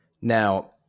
now